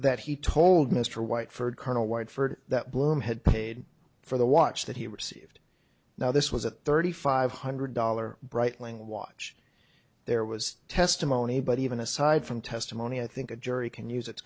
that he told mr white furred colonel white furred that bloom had paid for the watch that he received now this was at thirty five hundred dollars breitling watch there was testimony but even aside from testimony i think a jury can use it